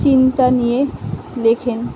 চিন্তা নিয়ে লেখেন